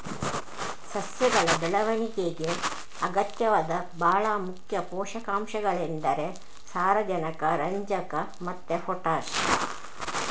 ಸಸ್ಯಗಳ ಬೆಳವಣಿಗೆಗೆ ಅಗತ್ಯವಾದ ಭಾಳ ಮುಖ್ಯ ಪೋಷಕಾಂಶಗಳೆಂದರೆ ಸಾರಜನಕ, ರಂಜಕ ಮತ್ತೆ ಪೊಟಾಷ್